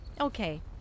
Okay